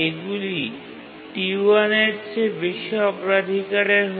এগুলি T1 এর চেয়ে বেশি অগ্রাধিকারের হয়